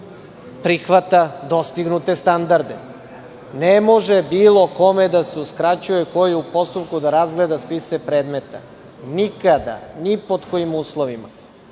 prihvata dostignute standarde? Ne može bilo kome da se uskraćuje, ko je u postupku, da razgleda spise predmeta. Nikada, ni pod kojim uslovima.